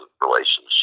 relationship